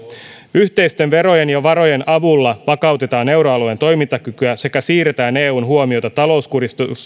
yhteisten verojen ja varojen avulla vakautetaan euroalueen toimintakykyä sekä siirretään eun huomiota talouskurista